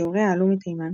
שהוריה עלו מתימן,